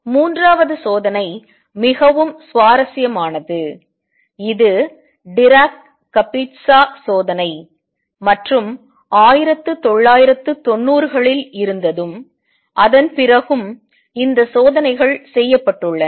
மூன்றாவது சோதனை மிகவும் சுவாரஸ்யமானது இது டிராக் கபிட்சா சோதனை மற்றும் 1990 களில் இருந்ததும் அதன் பிறகும் இந்த சோதனைகள் செய்யப்பட்டுள்ளன